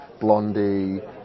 Blondie